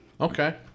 Okay